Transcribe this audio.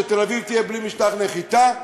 שתל-אביב תהיה בלי משטח נחיתה.